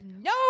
no